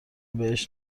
بهش